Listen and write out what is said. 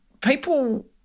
people